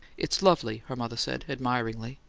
it's lovely, her mother said, admiringly.